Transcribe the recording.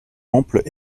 amples